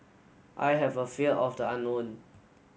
I have a fear of the unknown